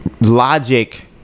logic